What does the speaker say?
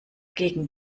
gegen